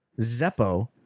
Zeppo